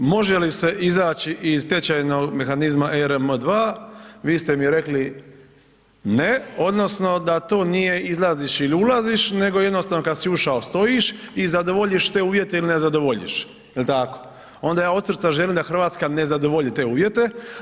Može li se izaći iz tečajnog mehanizma ERM2? vi ste mi rekli ne odnosno da to nije izlaziš ili ulaziš nego jednostavno kada si ušao stojiš i zadovoljiš te uvjete ili ne zadovoljiš, jel tako. onda ja od srca želim da Hrvatska ne zadovolji te uvjete.